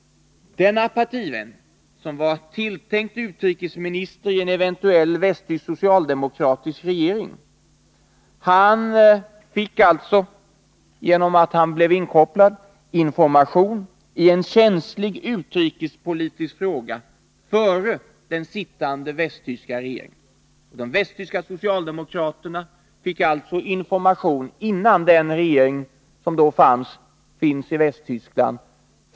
Denne partivän, som var tilltänkt utrikesminister i en eventuell västtysk socialdemokratisk regering, fick information i en känslig utrikespolitisk fråga före den sittande västtyska regeringen. 4.